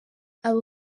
abo